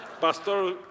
Pastor